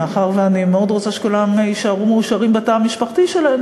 מאחר שאני מאוד רוצה שכולם יישארו מאושרים בתוך התא המשפחתי שלהם,